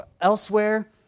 elsewhere